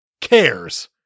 cares